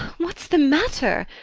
what's the matter?